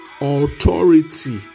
authority